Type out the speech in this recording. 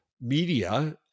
media